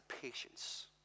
patience